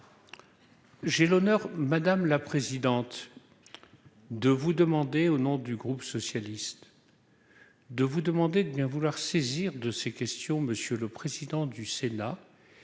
J'ai l'honneur, madame la présidente, de vous demander, au nom du groupe socialiste de vous demander de bien vouloir saisir de ces questions, monsieur le président du Sénat